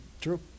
true